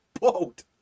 boat